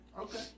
Okay